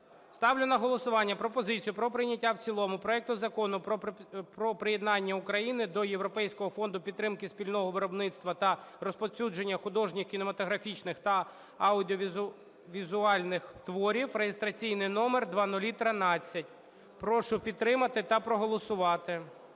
Ставлю на голосування пропозицію про прийняття в цілому проекту Закону про приєднання України до Європейського фонду підтримки спільного виробництва та розповсюдження художніх кінематографічних та аудіовізуальних творів (реєстраційний номер 0013). Прошу підтримати та проголосувати.